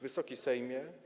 Wysoki Sejmie!